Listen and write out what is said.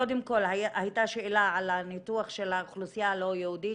קודם כל הייתה שאלה על הניתוח של האוכלוסייה הלא יהודית,